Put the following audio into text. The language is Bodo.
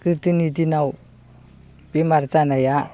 गोदोनि दिनाव बेमार जानाया